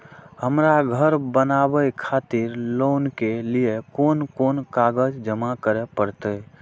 हमरा घर बनावे खातिर लोन के लिए कोन कौन कागज जमा करे परते?